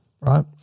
right